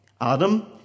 Adam